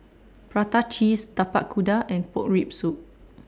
Prata Cheese Tapak Kuda and Pork Rib Soup